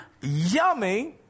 yummy